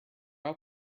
out